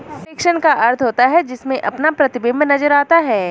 reflection का अर्थ होता है जिसमें अपना प्रतिबिंब नजर आता है